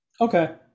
Okay